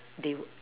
they would